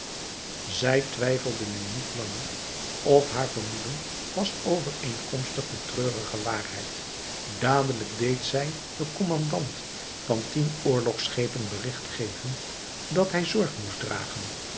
zij twijfelde nu niet langer of haar vermoeden was overeenkomstig de treurige waarheid dadelijk deed zij den kommandant van tien oorlogschepen berigt geven dat hij zorg moest dragen